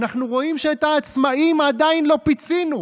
אנחנו רואים שאת העצמאים עדיין לא פיצינו.